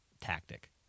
tactic